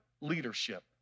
leadership